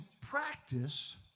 practice